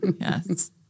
Yes